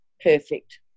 perfect